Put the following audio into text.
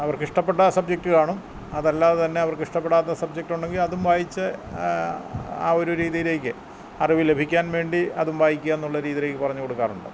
അവർക്കിഷ്ടപ്പെട്ട subject കാണും അതല്ലാതെ തന്നെ അവർക്ക് ഇഷ്ടപ്പെടാത്ത സബ്ജറ്റ് ഉണ്ടെങ്കിൽ അതും വായിച്ച് ആ ഒരു രീതിയിലേക്ക് അറിവ് ലഭിക്കാൻ വേണ്ടി അതും വായിക്കുക എന്നുള്ളൊരു രീതീലേക്ക് പറഞ്ഞു കൊടുക്കാറുണ്ട്